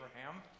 Abraham